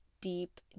deep